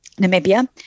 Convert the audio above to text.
Namibia